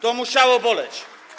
To musiało boleć.